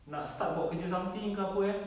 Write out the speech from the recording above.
nak start buat kerja something ke apa eh